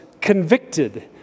convicted